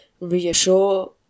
reassure